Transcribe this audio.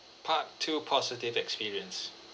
part two positive experience